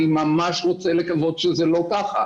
אבל אני ממש רוצה לקוות שזה לא נכון.